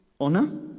honor